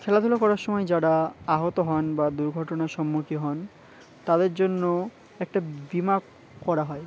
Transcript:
খেলাধুলা করার সময় যারা আহত হন বা দুর্ঘটনার সম্মুখীন হন তাদের জন্য একটা বিমা করা হয়